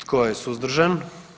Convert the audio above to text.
Tko je suzdržan?